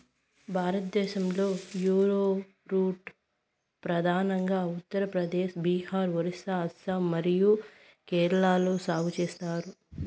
భారతదేశంలో, యారోరూట్ ప్రధానంగా ఉత్తర ప్రదేశ్, బీహార్, ఒరిస్సా, అస్సాం మరియు కేరళలో సాగు చేస్తారు